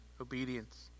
Obedience